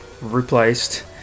replaced